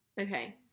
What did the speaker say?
Okay